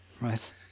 Right